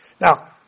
Now